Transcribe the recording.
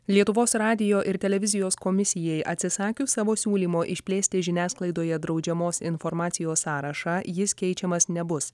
lietuvos radijo ir televizijos komisijai atsisakius savo siūlymo išplėsti žiniasklaidoje draudžiamos informacijos sąrašą jis keičiamas nebus